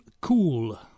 cool